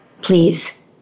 please